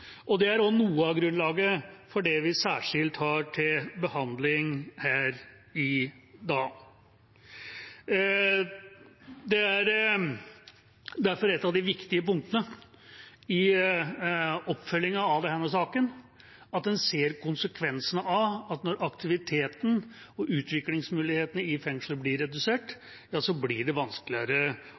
Det er også noe av grunnlaget for det vi særskilt har til behandling her i dag. Et av de viktige punktene i oppfølgingen av denne saken er derfor at en ser konsekvensene av at når aktiviteten og utviklingsmulighetene i fengselet blir redusert, blir det vanskeligere